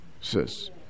Says